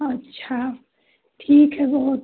अच्छा ठीक है बहुत